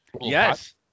Yes